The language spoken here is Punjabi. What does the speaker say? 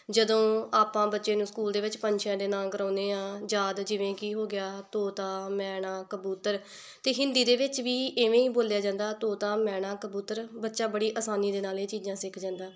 ਜਦੋਂ ਆਪਾਂ ਬੱਚੇ ਨੂੰ ਸਕੂਲ ਦੇ ਵਿੱਚ ਪੰਛੀਆਂ ਦੇ ਨਾਂ ਕਰਵਾਉਂਦੇ ਹਾਂ ਯਾਦ ਜਿਵੇਂ ਕਿ ਹੋ ਗਿਆ ਤੋਤਾ ਮੈਨਾ ਕਬੂਤਰ ਅਤੇ ਹਿੰਦੀ ਦੇ ਵਿੱਚ ਵੀ ਇਵੇਂ ਹੀ ਬੋਲਿਆ ਜਾਂਦਾ ਤੋਤਾ ਮੈਨਾ ਕਬੂਤਰ ਬੱਚਾ ਬੜੀ ਆਸਾਨੀ ਦੇ ਨਾਲ ਇਹ ਚੀਜ਼ਾਂ ਸਿੱਖ ਜਾਂਦਾ